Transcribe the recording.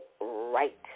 right